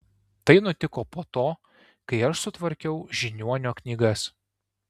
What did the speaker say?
tai nutiko po to kai aš sutvarkiau žiniuonio knygas